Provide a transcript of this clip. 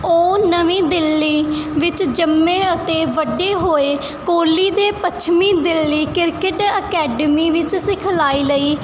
ਉਹ ਨਵੀਂ ਦਿੱਲੀ ਵਿੱਚ ਜੰਮੇ ਅਤੇ ਵੱਡੇ ਹੋਏ ਕੋਹਲੀ ਦੇ ਪੱਛਮੀ ਦਿੱਲੀ ਕ੍ਰਿਕਟ ਅਕੈਡਮੀ ਵਿੱਚ ਸਿਖਲਾਈ ਲਈ